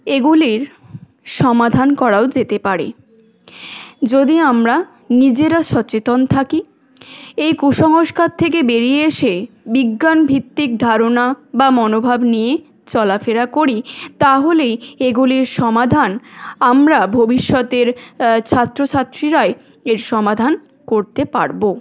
এগুলির সমাধান করাও যেতে পারে যদি আমরা নিজেরা সচেতন থাকি এই কুসংস্কার থেকে বেরিয়ে এসে বিজ্ঞানভিত্তিক ধারণা বা মনোভাব নিয়ে চলাফেরা করি তাহলেই এগুলির সমাধান আমরা ভবিষ্যতের ছাত্র ছাত্রীরাই এর সমাধান করতে পারবো